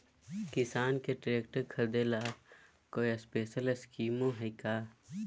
किसान के ट्रैक्टर खरीदे ला कोई स्पेशल स्कीमो हइ का?